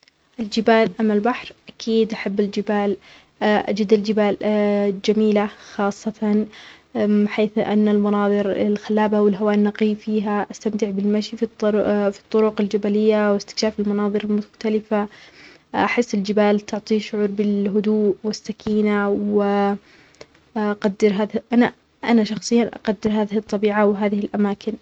الجبال أم البحر؟ أكيد أحب الجبال، أجد الجبال جميلة خاصةً حيث أن المناظر الخلابة والهواء النقي فيها أستمتع غفي الطرق الجبلية وأستكشاف المناظر المختلفة، أحس الجبال تعطى شعور بالهدوء والسكينة و أقدر هذا أنا-أنا شخصياً أقدر هذه الطبيعة وهذه الأماكن.